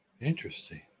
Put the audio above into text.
interesting